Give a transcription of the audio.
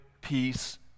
peace